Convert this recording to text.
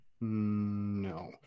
No